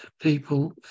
people